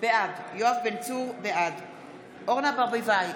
בעד אורנה ברביבאי,